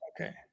Okay